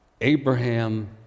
Abraham